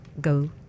go